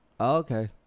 Okay